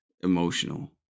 emotional